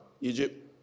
Egypt